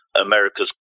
America's